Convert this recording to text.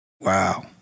Wow